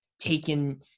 taken